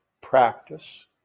practice